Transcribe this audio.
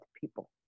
people